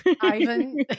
ivan